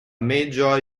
major